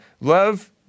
Love